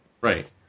Right